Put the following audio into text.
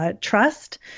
Trust